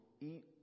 eat